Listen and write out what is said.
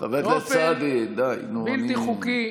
אוסאמה סעדי (הרשימה המשותפת):